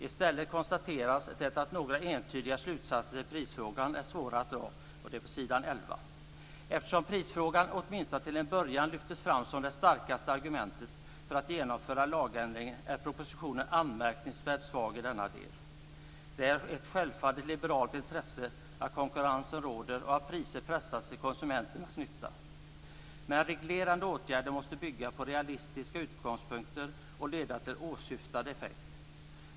I stället konstateras det att några entydiga slutsatser i prisfrågan är svåra att dra. Det står på s. 11. Eftersom prisfrågan åtminstone till en början lyftes fram som det starkaste argumentet för att genomföra lagändringen är propositionen anmärkningsvärt svag i denna del. Det är självfallet ett liberalt intresse att konkurrens råder och att priser pressas till konsumenternas nytta. Men reglerande åtgärder måste bygga på realistiska utgångspunkter och leda till åsyftad effekt.